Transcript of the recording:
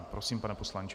Prosím, pane poslanče.